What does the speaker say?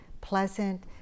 Pleasant